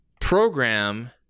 program